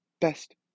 best